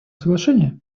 соглашения